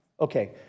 Okay